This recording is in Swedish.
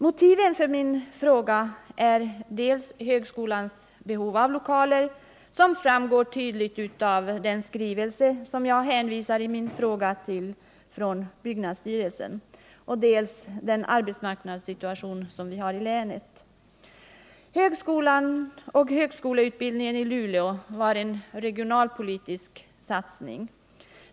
Motiven för min fråga är dels högskolans behov av lokaler, som tydligt framgår av den skrivelse från byggnadsstyrelsen som jag hänvisade till i min fråga, dels den arbetsmarknadssituation som vi har i länet. Högskoleutbildningen i Luleå var en regionalpolitisk satsning.